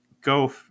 go